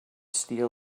steel